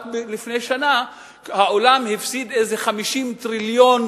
רק לפני שנה העולם הפסיד איזה 50 טריליון